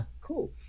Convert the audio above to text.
cool